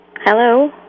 Hello